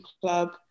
club